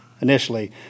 initially